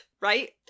right